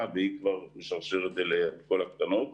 והיא כבר משרשרת לכל התעשיות הקטנות.